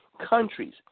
countries